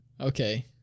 okay